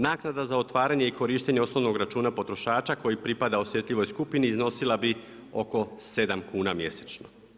Naknada za otvaranje i korištenje osnovnog računa potrošača koji pripada osjetljivoj skupini iznosila bi oko 7 kuna mjesečno.